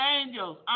angels